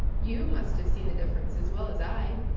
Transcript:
you must have seen the difference as well as i.